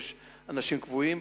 יש אנשים קבועים,